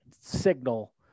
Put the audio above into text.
signal